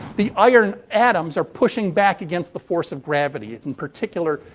the iron atoms are pushing back against the force of gravity. and, in particular,